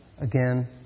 again